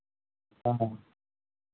हँ